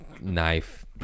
knife